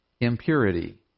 impurity